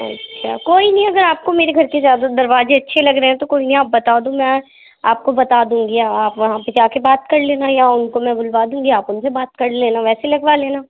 اچھا کوئی نہیں اگر آپ کو میرے گھر کے زیادہ دروازے اچھے لگ رہے ہیں تو کوئی نہیں آپ بتا دوں میں آپ کو بتا دوں گی یا آپ وہاں پہ جا کے بات کر لینا یا اُن کو میں بلوا دوں گی آپ اُن سے بات کر لینا ویسے لگوا لینا